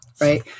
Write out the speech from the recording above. right